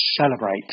celebrate